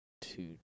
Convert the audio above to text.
two